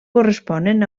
corresponen